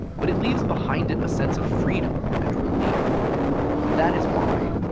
but it leaves behind it a sense of freedom and relief. and that is why,